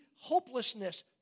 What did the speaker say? hopelessness